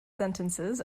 sentences